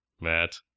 Matt